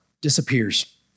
disappears